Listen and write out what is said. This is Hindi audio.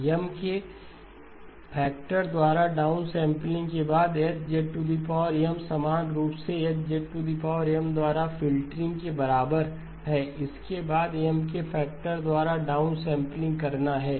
M के फैक्टर द्वारा डाउन सैंपलिंग के बाद H समान रूप से H द्वारा फ़िल्टरिंग के बराबर है इसके बाद M के फैक्टर द्वारा डाउन सैंपलिंग करना है